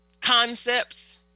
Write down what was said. concepts